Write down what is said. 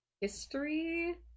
history